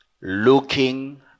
Looking